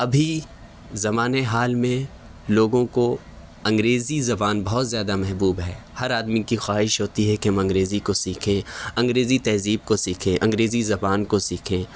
ابھی زمان حال میں لوگوں کو انگریزی زبان بہت زیادہ محبوب ہے ہر آدمی کی خواہش ہوتی ہے کہ ہم انگریزی کو سیکھیں انگریزی تہذیب کو سیکھیں انگریزی زبان کو سیکھیں